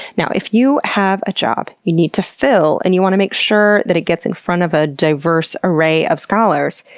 now, if you have a job you need to fill and you want to make sure that it gets in front of a diverse array of scholars,